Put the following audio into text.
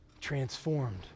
transformed